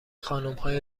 خانمهای